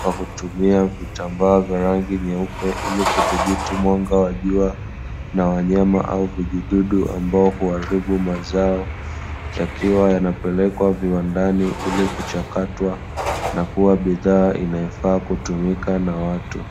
kwa kutumia vitambaa vya rangi nyeupe ili kudhibiti mwanga wa jua na wanyama au vijidudu ambao huaribu mazao, yakiwa yanapelekwa viwandani ili kuchakatwa na kuwa bidhaa inayofaa kutumika na watu.